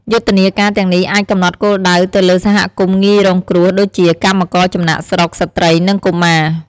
យុទ្ធនាការទាំងនេះអាចកំណត់គោលដៅទៅលើសហគមន៍ងាយរងគ្រោះ ដូចជាកម្មករចំណាកស្រុក ស្ត្រី និងកុមារ។